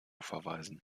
verweisen